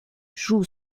joue